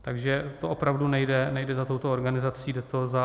Takže to opravdu nejde, nejde za touto organizací, jde to za MPO.